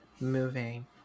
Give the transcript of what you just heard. moving